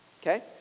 Okay